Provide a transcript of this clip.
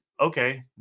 okay